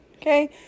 okay